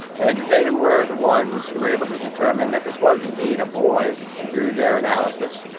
and they were the ones who were able to determine that this was indeed a boy through their analysis,